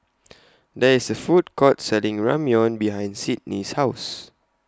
There IS A Food Court Selling Ramyeon behind Sydnee's House